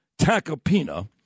Tacopina